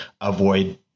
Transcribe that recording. avoid